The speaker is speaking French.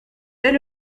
dès